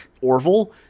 Orville